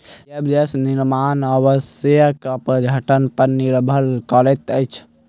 जैव गैस निर्माण अवायवीय अपघटन पर निर्भर करैत अछि